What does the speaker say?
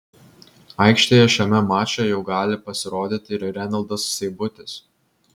aikštėje šiame mače jau gali pasirodyti ir renaldas seibutis